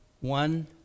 One